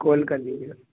कोल कर लीजिए